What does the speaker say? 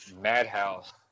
Madhouse